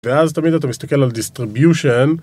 ואז תמיד אתה מסתכל על דיסטריביושן